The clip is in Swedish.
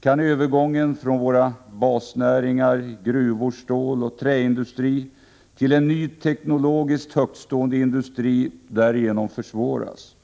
kan övergången från våra basnäringar, gruv-, ståloch träindustri, till en ny teknologiskt högtstående industri därigenom försvåras.